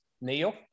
Neil